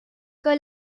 con